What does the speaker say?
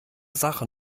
sache